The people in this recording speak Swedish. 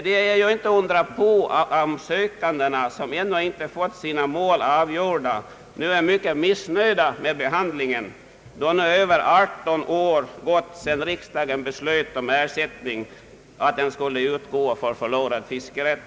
Det är ju inte att undra på om sökande som ännu inte fått sina mål avgjorda nu är mycket missnöjda med behandlingen då nu över 18 år gått sedan riksdagen beslutade att ersättning skulle utgå för förlorad fiskerätt.